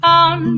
on